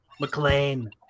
McLean